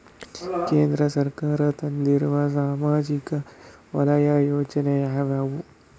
ಕೇಂದ್ರ ಸರ್ಕಾರ ತಂದಿರುವ ಸಾಮಾಜಿಕ ವಲಯದ ಯೋಜನೆ ಯಾವ್ಯಾವು?